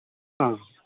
ആ